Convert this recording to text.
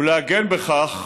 ולהגן בכך